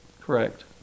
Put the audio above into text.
Correct